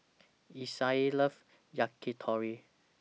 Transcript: Isaiah loves Yakitori